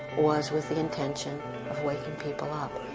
was with the intention of waking people up.